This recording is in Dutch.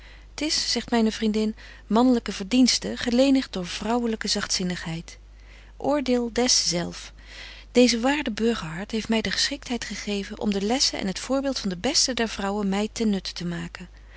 t is zegt myne vriendin manlyke verdienste gelenigt door vrouwelyke zagtzinnigheid oordeel des zelf deeze waarde burgerhart heeft my de geschiktheid gegeven om de lessen en het voorbeeld van de beste der vrouwen my ten nutte te maken